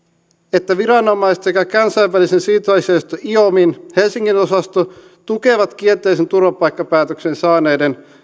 että viranomaiset sekä kansainvälisen siirtolaisjärjestön iomin helsingin osasto tukevat kielteisen turvapaikkapäätöksen saaneiden